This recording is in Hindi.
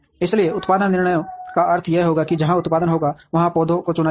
इसलिए उत्पादन निर्णयों का अर्थ यह होगा कि जहाँ उत्पादन होगा वहाँ पौधों को चुना जाएगा